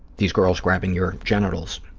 these girls grabbing your genitals,